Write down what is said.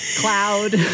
cloud